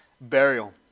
burial